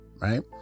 Right